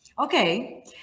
Okay